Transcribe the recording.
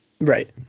Right